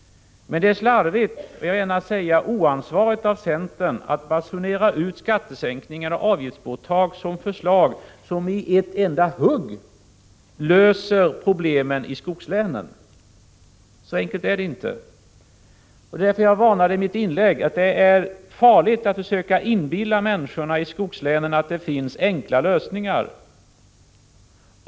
Men det är slarvigt, och jag vill gärna säga oansvarigt, av centern att basunera ut att skattesänkningar och avgiftsborttagande i ett enda hugg skulle lösa problemen i skogslänen. Så enkelt är det inte! Därför varnade jag i mitt första inlägg för att det är farligt att försöka inbilla människorna i skogslänen att det skulle finnas enkla lösningar.